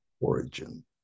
origin